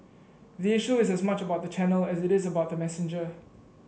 the issue is as much about the channel as it is about the messenger